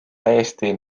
täiesti